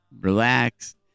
relaxed